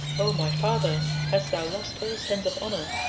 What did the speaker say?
o my father! hast thou lost all sense of honour?